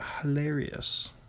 hilarious